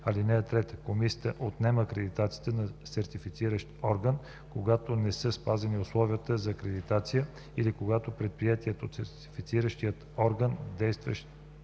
поднови. (3) Комисията отнема акредитацията на сертифициращ орган, когато не са спазени условията за акредитация, или когато предприетите от сертифициращия орган действия